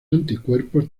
anticuerpos